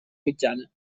mitjana